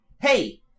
Hey